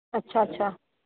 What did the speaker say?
अच्छा अच्छा